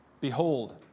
Behold